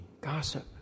gossip